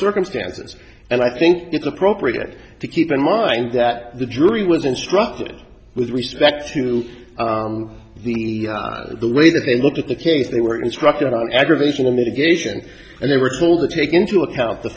circumstances and i think it's appropriate to keep in mind that the jury was instructed with respect to the way that they looked at the case they were instructed on aggravation on that occasion and they were told to take into account the